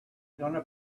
gonna